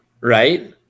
right